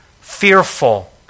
fearful